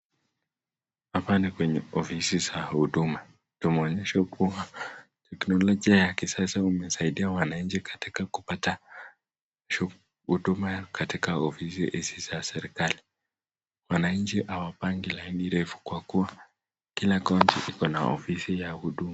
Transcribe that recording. Hapa ni kwenye ofisi za huduma. Tumeonyeshwa huku teknolojia ya kisasa umesaidia wananchi katika kupata huduma katika ofisi hizi za serikali. Wananchi hawapangi laini refu kwa kuwa kila kaunti ikona ofisi ya huduma.